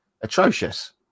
atrocious